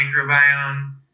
microbiome